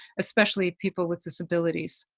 especially people with disabilities?